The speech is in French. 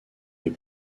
des